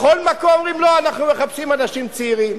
בכל מקום אומרים: לא, אנחנו מחפשים אנשים צעירים.